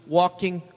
walking